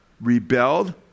Rebelled